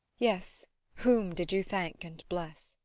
yes whom did you thank and bless?